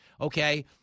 Okay